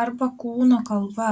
arba kūno kalba